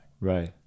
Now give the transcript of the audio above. Right